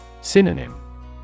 Synonym